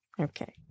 Okay